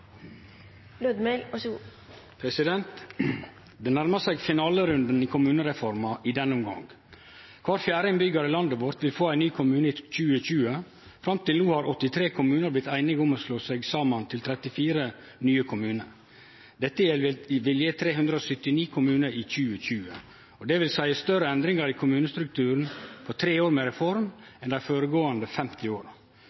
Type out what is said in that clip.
Det nærmar seg finalerunden i kommunereforma i denne omgang. Kvar fjerde innbyggjar i landet vårt vil få ein ny kommune i 2020. Fram til no har 83 kommunar blitt einige om å slå seg saman til 34 nye kommunar. Dette vil gje 379 kommunar i 2020. Det vil seie større endringar i kommunestrukturen på tre år med